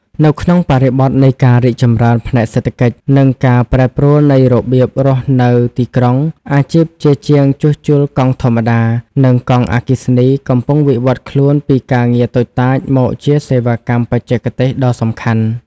នៅក្នុងបរិបទនៃការរីកចម្រើនផ្នែកសេដ្ឋកិច្ច និងការប្រែប្រួលនៃរបៀបរស់នៅទីក្រុង អាជីពជាជាងជួសជុលកង់ធម្មតា និងកង់អគ្គិសនីកំពុងវិវត្តខ្លួនពីការងារតូចតាចមកជាសេវាកម្មបច្ចេកទេសដ៏សំខាន់។